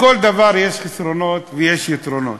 לכל דבר יש חסרונות ויש יתרונות,